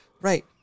Right